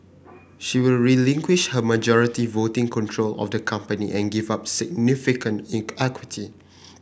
she will relinquish her majority voting control of the company and give up significant ink equity